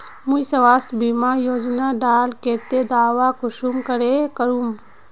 मुई स्वास्थ्य बीमा योजना डार केते दावा कुंसम करे करूम?